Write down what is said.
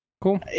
Cool